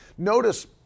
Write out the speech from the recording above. Notice